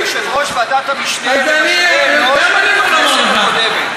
יושב-ראש ועדת המשנה למשאבי אנוש בכנסת הקודמת.